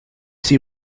see